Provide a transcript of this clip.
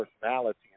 personality